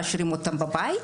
משאירים אותם בבית